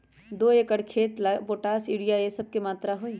दो एकर खेत के ला पोटाश, यूरिया ये सब का मात्रा होई?